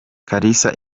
kalisa